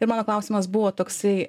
ir mano klausimas buvo toks į